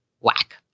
whack